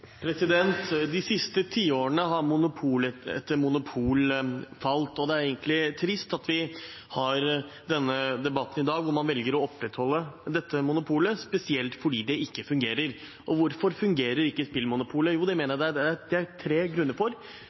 etter monopol falt, og det er egentlig trist at vi har denne debatten i dag, hvor man velger å opprettholde dette monopolet – spesielt fordi det ikke fungerer. Hvorfor fungerer ikke spillmonopolet? Det mener jeg det er tre grunner til: For det første har det